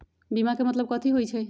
बीमा के मतलब कथी होई छई?